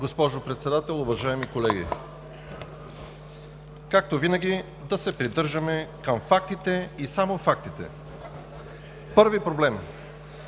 Госпожо Председател, уважаеми колеги! Както винаги, да се придържаме към фактите и само фактите. Първи проблем